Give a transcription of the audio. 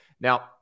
Now